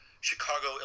Chicago